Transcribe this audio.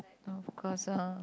of course ah